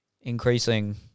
increasing